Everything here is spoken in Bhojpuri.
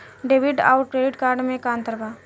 डेबिट आउर क्रेडिट कार्ड मे का अंतर बा?